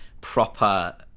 proper